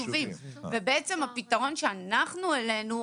הפתרון שאנחנו העלינו,